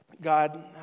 God